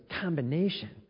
combination